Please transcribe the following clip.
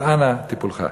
אז אנא, לטיפולך.